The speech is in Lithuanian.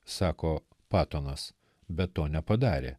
sako patonas bet to nepadarė